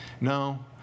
No